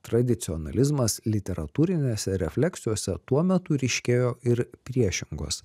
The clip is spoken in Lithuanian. tradicionalizmas literatūrinėse refleksijose tuo metu ryškėjo ir priešingos